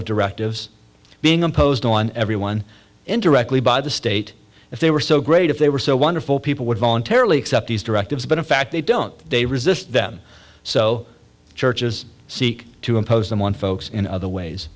of directives being imposed on everyone interestingly by the state if they were so great if they were so wonderful people would voluntarily accept these directives but in fact they don't they resist them so churches seek to impose them on folks in other ways